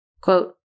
Quote